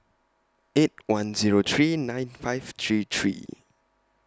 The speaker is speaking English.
eight one Zero three nine five three three